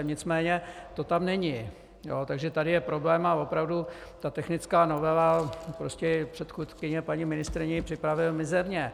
Nicméně to tam není, takže tady je problém a opravdu ta technická novela prostě předchůdkyně paní ministryně ji připravila mizerně.